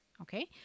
okay